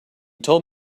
told